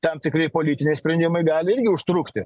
tam tikri politiniai sprendimai gali irgi užtrukti